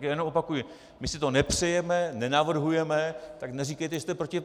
Já jenom opakuji: My si to nepřejeme, nenavrhujeme, tak neříkejte, že jste proti.